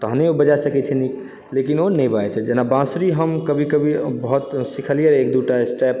तहने ओ बजा सकैत छै नीक लेकिन ओ नहि बाजैत छै जेना बाँसुरी हम कभी कभी बहुत हम सिखलियै रहय एक दुटा स्टेप